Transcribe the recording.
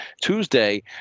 Tuesday